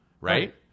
Right